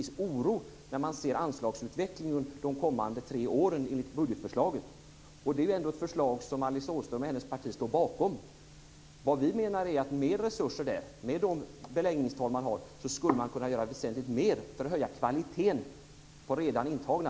Vi menar att med de beläggningstal som finns skulle man med mer resurser kunna göra väsentligt mycket mer för att höja kvaliteten för de redan intagna.